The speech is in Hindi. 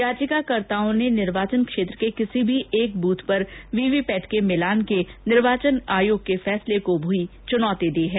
याचिकाकर्ताओं ने निवार्चन क्षेत्र के किसी भी एक बूथ पर वीवीपैट के मिलान के निर्वाचन आयोग के फैसले को भी चुनौती दी है